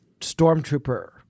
Stormtrooper